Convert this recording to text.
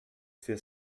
für